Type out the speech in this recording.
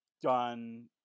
done